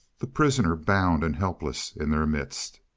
the prisoner bound and helpless in their midst.